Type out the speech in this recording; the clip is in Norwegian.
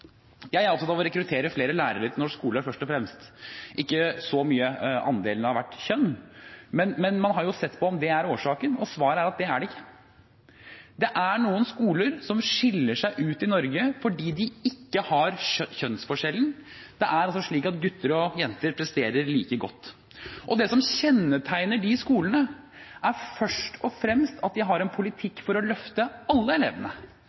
Jeg er først og fremst opptatt av å rekruttere flere lærere til norsk skole, ikke så mye av andelen av hvert kjønn. Man har sett på om det er årsaken, og svaret er at det er det ikke. Det er noen skoler i Norge som skiller seg ut, fordi de ikke har denne kjønnsforskjellen. Det er altså slik at gutter og jenter presterer like godt. Det som kjennetegner de skolene, er først og fremst at de har en politikk for å løfte alle elevene,